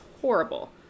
horrible